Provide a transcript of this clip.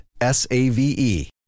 S-A-V-E